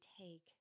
take